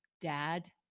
dad